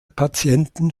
patienten